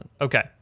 Okay